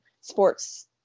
sports